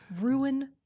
ruin